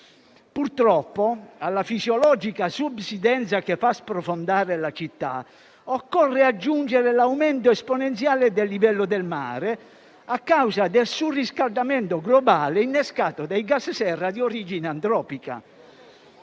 Purtroppo, alla fisiologica subsidenza che fa sprofondare la città, occorre aggiungere l'aumento esponenziale del livello del mare a causa del surriscaldamento globale innescato dai gas serra di origine antropica.